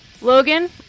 Logan